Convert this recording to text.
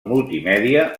multimèdia